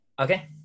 Okay